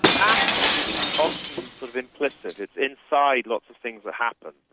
um often sort of implicit, it's inside lots of things that happen,